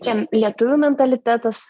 čia lietuvių mentalitetas